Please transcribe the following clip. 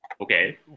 okay